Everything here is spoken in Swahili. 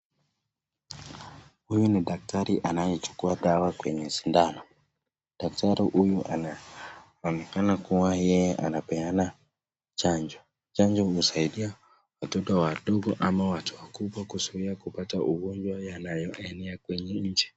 Huyu ni daktari anayechukua dawa kwenye sidano. Daktari huyu anaonekana kuwa yeye anapeana chajo. Chajo husaidia watoto wandogo ama watu wakubwa kuzuia kupata ugonjwa yanayoenea kwenye inchi.